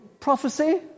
Prophecy